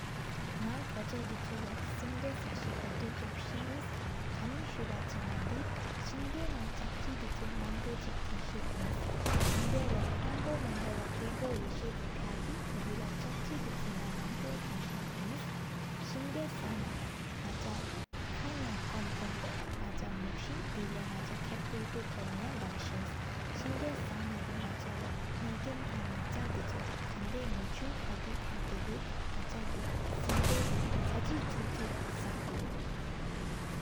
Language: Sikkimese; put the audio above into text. ནག་ ཕོཆོས་ བཉི་ཤུ་ ལོ་ སིང་ དེ་ ས་ཤ་གི། དུ་ ཁབ་ ས་ ཨིན་ ཁ་མི་ སུ་བ་ ཆེ་ ན་ དེ། སིང་ དེ་ ན་ ལྕགས་ཆི་ ལོ་ཚེར་ མང་པོ་ ཅིག ཐེན་ ས་ ཨིན་ སིང་ དེ་ ལོ་ ནམ་ ཕོ་ མང་ ད་འོ། ཀཔོ་ ཡེཤའི་ དེ་ ཕྱ་ ཏི་ དེ་ ལོ། ལྕགས་ཆི་ བཉི་ཤུ་ གྱང་ མང་པོ་ ཐན་ས་ ཨིན། སིང་ ད་ ས་ན་ ནག་ཆ་ ཁ་ ཡང་ ཀོམ་ ཀོམ་ པོ། ནག་ཆ་ ནུབ་སེ་དེ་ ལྷལ་ ནག་ཆ་ ཁབ་ ཐོག་པོ་ ཡང། དན་སེ་ སིང་ དེ་ ས་ན་ དེ་ ནག་ཆ་ ལོ་ ནེཀན། ཐང་ ན་ཆ་ བཉི་ཤུ་ ཁན་ ཡང་ མེ་ཆུང། ཨོད་ ཕྱ་ ཏེ་ གི། ནག་ཆ་ གི་ སིང་དུ་ དེ་ ཁ་གི་ ཆུ་བཙུ་ སབུ།